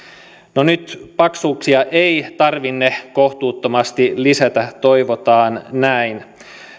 no nyt paksuuksia ei tarvinne kohtuuttomasti lisätä toivotaan näin